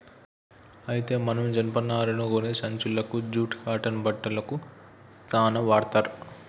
అయితే మనం జనపనారను గోనే సంచులకు జూట్ కాటన్ బట్టలకు సాన వాడ్తర్